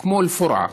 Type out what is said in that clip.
כמו אל-פורעה,